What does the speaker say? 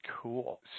Cool